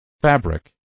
fabric